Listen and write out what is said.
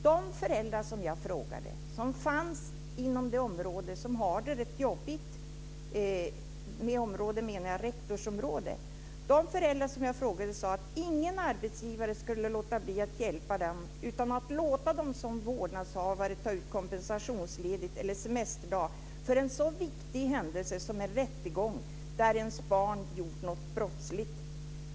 De föräldrar som jag frågade, som fanns inom ett rektorsområde som har det rätt jobbigt, sade att ingen arbetsgivare skulle låta bli att hjälpa dem utan att låta dem som vårdnadshavare ta ut kompensationsledigt eller en semesterdag för en så viktig händelse som en rättegång om ens barn gjort något brottsligt.